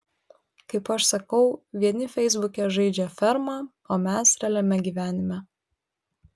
kaip aš sakau vieni feisbuke žaidžia fermą o mes realiame gyvenime